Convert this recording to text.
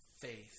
faith